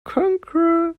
conquer